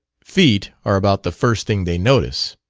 feet are about the first thing they notice.